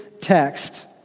text